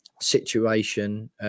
situation